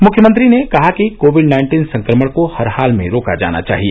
मुख्यमंत्री ने कहा कि कोविड नाइन्दीन संक्रमण को हर हाल में रोका जाना चाहिए